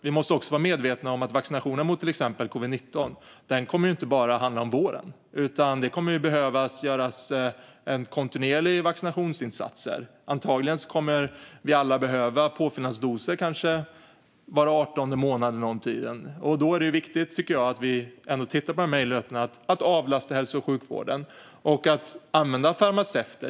Vi måste också vara medvetna om att vaccination mot till exempel covid-19 inte bara handlar om våren, utan det kommer att behöva göras kontinuerliga vaccinationsinsatser. Antagligen kommer vi alla att behöva påfyllnadsdoser kanske var 18:e månad, och då tycker jag att det är viktigt att vi tittar på möjligheterna att avlasta hälso och sjukvården och använda farmaceuter.